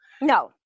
No